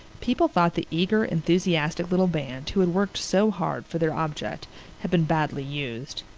people thought the eager, enthusiastic little band who had worked so hard for their object had been badly used.